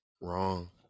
wrong